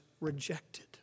rejected